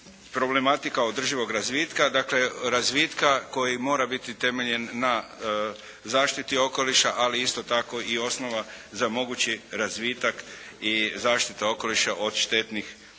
problematika održivog razvitka, razvitka koji mora biti temeljen na zaštiti okoliša ali isto tako osnova za mogući razvitak i zaštita okoliša od štetnih utjecaja.